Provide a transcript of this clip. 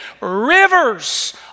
rivers